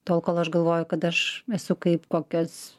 tol kol aš galvoju kad aš esu kaip kokias